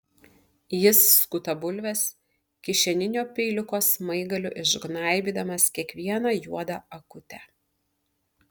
jis skuta bulves kišeninio peiliuko smaigaliu išgnaibydamas kiekvieną juodą akutę